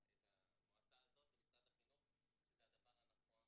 המועצה הזאת למשרד החינוך כשזה הדבר הנכון